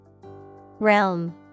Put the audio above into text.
Realm